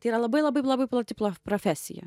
tai yra labai labai labai plati profesija